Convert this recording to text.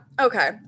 okay